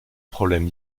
problème